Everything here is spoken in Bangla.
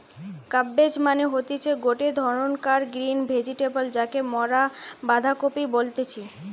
কাব্বেজ মানে হতিছে গটে ধরণকার গ্রিন ভেজিটেবল যাকে মরা বাঁধাকপি বলতেছি